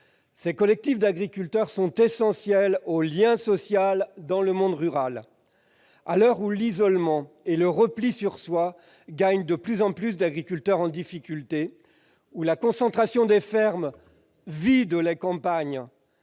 Ces collectifs d'agriculteurs sont essentiels au lien social dans le monde rural. À l'heure où l'isolement et le repli sur soi gagnent de plus en plus d'agriculteurs en difficulté, où la concentration des fermes conduit à vider les campagnes,